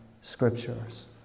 scriptures